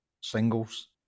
singles